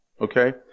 Okay